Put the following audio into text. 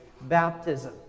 baptism